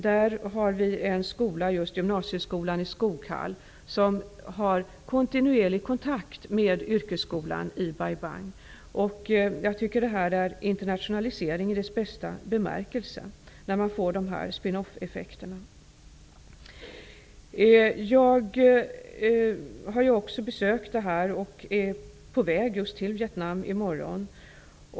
Där har vi en skola, gymnasieskolan i Skoghall, som har kontinuerlig kontakt med yrkesskolan i Bai Bang. Sådana spin-off-effekter är tecken på internationalisering i dess bästa bemärkelse. Jag har också besökt Bai Bang, och jag är på väg till Vietnam i morgon.